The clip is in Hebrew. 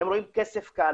הם רואים כסף קל,